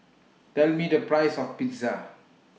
Tell Me The Price of Pizza